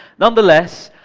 nonetheless,